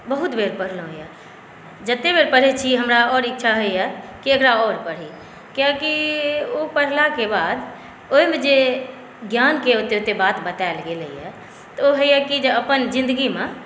बहुत बेर पढ़लहुँ यए जतेक बेर पढ़ैत छी हमरा आओर इच्छा होइए कि एकरा आओर पढ़ी किआकि ओ पढ़लाके बाद ओहिमे जे ज्ञानके ओतेक ओतेक बात बतायल गेलैए तऽ ओ होइए कि जे अपन जिन्दगीमे